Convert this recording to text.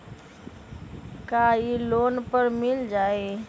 का इ लोन पर मिल जाइ?